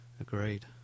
Agreed